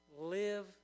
live